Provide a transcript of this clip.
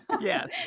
Yes